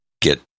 get